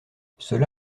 cela